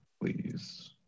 please